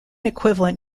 equivalent